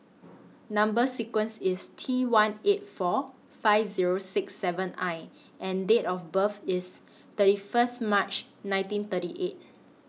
Number sequence IS T one eight four five Zero six seven I and Date of birth IS thirty First March nineteen thirty eight